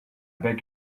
beg